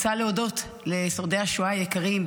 רוצה להודות לשורדי השואה היקרים,